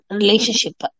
relationship